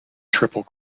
triple